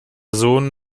sohn